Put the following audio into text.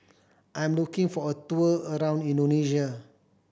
I'm looking for a tour around Indonesia